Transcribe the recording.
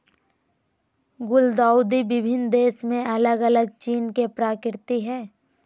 गुलदाउदी विभिन्न देश में अलग अलग चीज के प्रतीक हइ